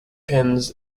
pins